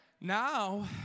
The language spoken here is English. Now